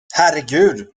herregud